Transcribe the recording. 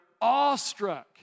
awestruck